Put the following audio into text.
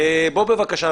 בוא בבקשה,